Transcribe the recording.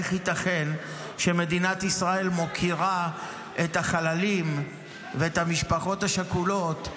איך ייתכן שמדינת ישראל מוקירה את החללים ואת המשפחות השכולות,